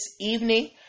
evening